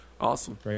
Awesome